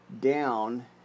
down